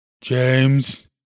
James